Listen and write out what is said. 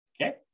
Okay